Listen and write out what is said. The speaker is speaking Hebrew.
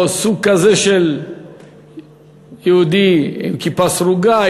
או סוג כזה של יהודי עם כיפה סרוגה,